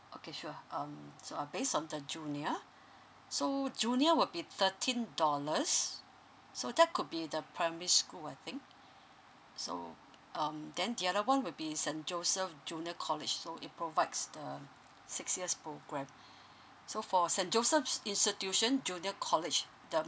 okay sure um so are based on the junior so junior will be thirteen dollars so that could be the primary school I think so um then the other one will be saint joseph junior college so it provides the six years programme so for saint joseph's institution junior college the